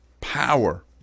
power